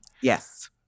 Yes